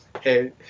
hey